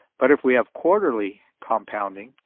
but if we have quarterly compounding,